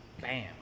bam